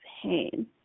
Pain